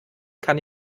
kann